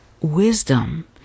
wisdom